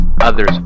Others